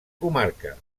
comarca